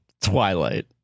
Twilight